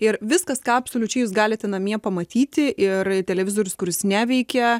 ir viskas ką absoliučiais jūs galite namie pamatyti ir televizorius kuris neveikia